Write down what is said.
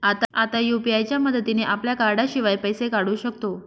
आता यु.पी.आय च्या मदतीने आपल्या कार्डाशिवाय पैसे काढू शकतो